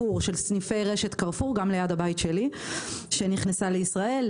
סניפי רשת קרפור גם ליד הבית שלי שנכנסה ישראל,